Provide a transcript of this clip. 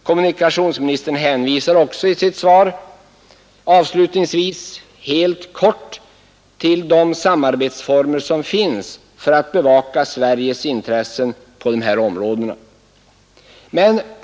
Kommunikationsministern hänvisar också i sitt svar avslutningsvis helt kort till de samarbetsformer som finns för att bevaka Sveriges intressen på dessa områden.